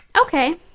Okay